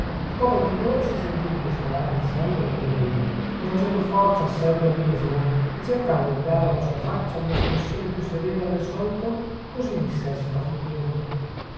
il povero priore si sentì rimescolare il sangue nelle vene e facendo forza a sè medesimo e cercando di dare alla sua faccia una espressione più severa del solito così disse al serafino biondo